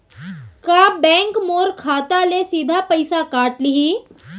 का बैंक मोर खाता ले सीधा पइसा काट लिही?